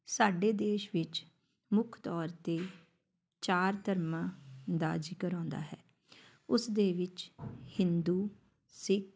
ਸਾਡੇ ਦੇਸ਼ ਵਿੱਚ ਮੁੱਖ ਤੌਰ 'ਤੇ ਚਾਰ ਧਰਮਾਂ ਦਾ ਜ਼ਿਕਰ ਆਉਂਦਾ ਹੈ ਉਸਦੇ ਵਿੱਚ ਹਿੰਦੂ ਸਿੱਖ